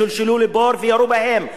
שולשלו לבור וירו בהם,